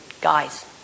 Guys